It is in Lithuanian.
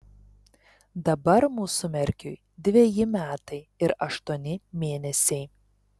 dabar mūsų merkiui dveji metai ir aštuoni mėnesiai